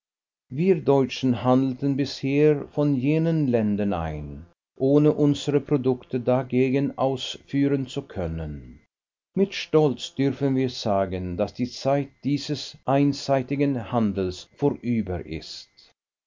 wir deutschen handelten bisher von jenen ländern ein ohne unsere produkte dagegen ausführen zu können mit stolz dürfen wir sagen daß die zeit dieses einseitigen handels vorüber ist